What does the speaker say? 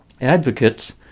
Advocates